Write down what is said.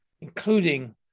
including